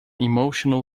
emotional